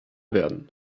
werden